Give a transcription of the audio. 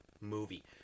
movie